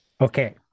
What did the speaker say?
Okay